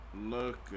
Look